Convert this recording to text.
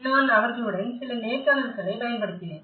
நான் அவர்களுடன் சில நேர்காணல்களைப் பயன்படுத்தினேன்